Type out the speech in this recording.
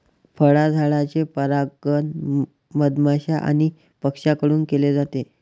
फळझाडांचे परागण मधमाश्या आणि पक्ष्यांकडून केले जाते